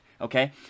okay